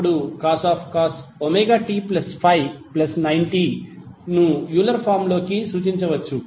అప్పుడు cos ωt∅90 ను Euler form లో సూచించవచ్చు